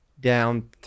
down